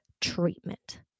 treatment